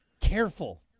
careful